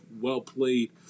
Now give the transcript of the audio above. well-played